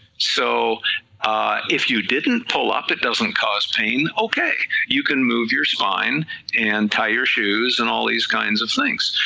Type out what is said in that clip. so if you didn't pull up it doesn't cause pain okay, you can move your spine and tie your shoes and all these kinds of things,